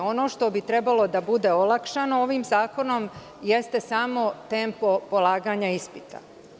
Ono što bi trebalo da bude olakšano ovim zakonom, jeste samo tempo polaganja ispita.